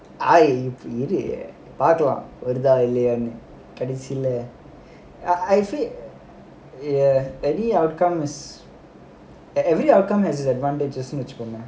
இப்போ இரு பார்த்துரலாம் வருதா இல்லையானு கடைசில:ippo iru paarthuralaam varuthaa illaiyanu kadaisila ya any outcomes and every outcome has its advantages also வச்சிப்போமே:vachipomae